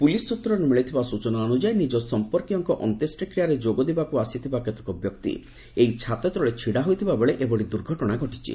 police ସ୍ୱତ୍ରରୁ ମିଳିଥିବା ସ୍ୱଚନା ଅନୁଯାୟୀ ନିଜ ସମ୍ପର୍କୀୟଙ୍କ ଅନ୍ତ୍ୟେଷ୍ଟିକ୍ରିୟାରେ ଯୋଗ ଦେବାକୁ ଆସିଥିବା କେତେକ ବ୍ୟକ୍ତି ଏହି ଛାତତଳେ ଛିଡ଼ା ହୋଇଥିବାବେଳେ ଏଭଳି ଦୁର୍ଘଟଣା ଘଟିଛି